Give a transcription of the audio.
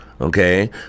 Okay